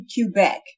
Quebec